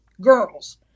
girls